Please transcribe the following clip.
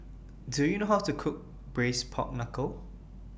Do YOU know How to Cook Braised Pork Knuckle